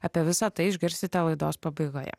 apie visa tai išgirsite laidos pabaigoje